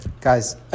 Guys